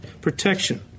Protection